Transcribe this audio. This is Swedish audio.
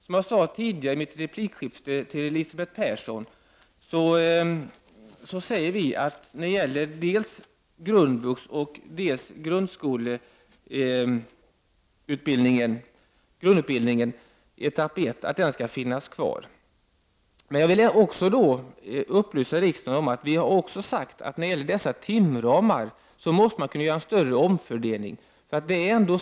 Som jag sade tidigare i en replik till Elisabeth Persson menar vi att verksamheten beträffande dels grundvux, dels grundutbildningen, etapp 1, skall finnas kvar. Men jag vill också upplysa riksdagen om att vi även har sagt att det måste gå att göra en större omfördel ning beträffande timramarna.